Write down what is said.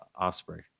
Osprey